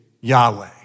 Yahweh